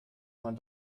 man